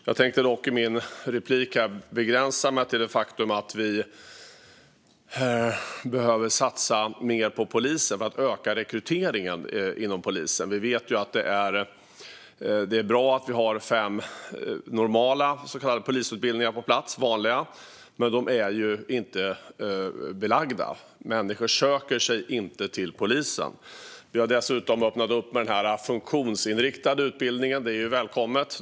Jag tänkte dock i min replik begränsa mig till det faktum att vi behöver satsa mer på polisen för att öka rekryteringen inom polisen. Det är bra att vi har fem så kallade normala - vanliga - polisutbildningar på plats. Men de är ju inte belagda. Människor söker sig inte till polisen. Vi har dessutom öppnat en funktionsinriktad utbildning, vilket är välkommet.